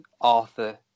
arthur